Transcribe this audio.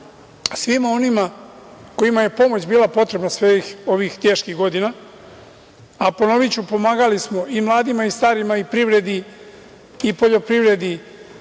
svima onima kojima je pomoć bila potrebna svih ovih teških godina. Ponoviću, pomagali smo i mladima i starima, i privredi, i poljoprivredi,